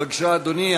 בבקשה, אדוני.